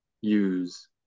use